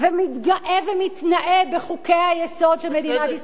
ומתגאה ומתנאה בחוקי-היסוד של מדינת ישראל.